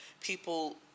people